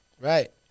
Right